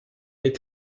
les